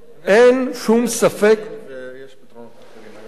אין שום ספק, ויש פתרונות אחרים עם מים.